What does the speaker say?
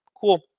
Cool